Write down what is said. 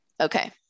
Okay